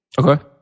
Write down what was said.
Okay